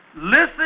Listen